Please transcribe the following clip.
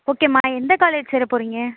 ஓகேம்மா எந்த காலேஜ் சேர போகிறீங்க